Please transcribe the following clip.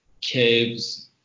caves